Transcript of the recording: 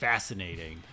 Fascinating